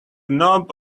knob